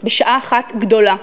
בשעה אחת גדולה,